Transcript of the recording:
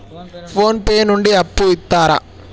Phone pay నుండి అప్పు ఇత్తరా?